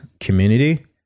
community